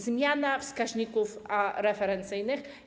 Zmiana wskaźników referencyjnych.